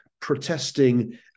protesting